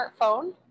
smartphone